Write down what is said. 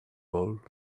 ball